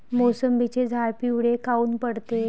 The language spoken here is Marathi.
मोसंबीचे झाडं पिवळे काऊन पडते?